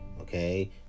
Okay